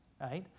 right